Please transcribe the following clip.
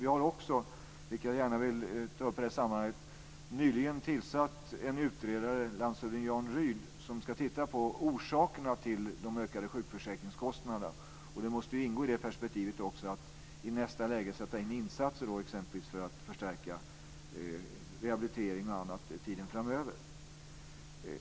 Vi har också nyligen, det vill jag gärna ta upp i det här sammanhanget utsett en utredare, landshövding Jan Rydh, som ska titta på orsakerna till de ökade sjukförsäkringskostnaderna. I det perspektivet måste det också ingå att i nästa läge sätta in insatser för att exempelvis förstärka rehabilitering och annat under tiden framöver.